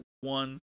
one